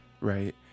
right